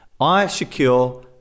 iSecure